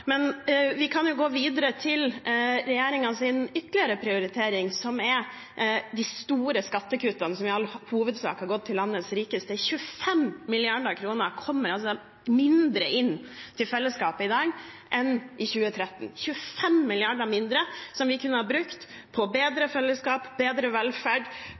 Men vi kan gå videre til regjeringens ytterligere prioritering, som er de store skattekuttene som i all hovedsak har gått til landets rikeste. 25 mrd. kr mindre kommer altså inn til fellesskapet i dag enn i 2013 – 25 mrd. kr mindre, som vi kunne ha brukt på bedre fellesskap, bedre velferd,